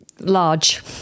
Large